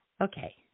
okay